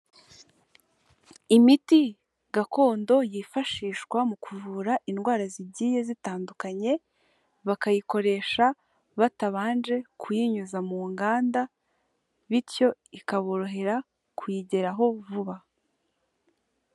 Imiti gakondo yifashishwa mu kuvura indwara zigiye zitandukanye, bakayikoresha batabanje kuyinyuza mu nganda bityo ikaborohera kuyigeraho vuba.